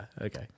okay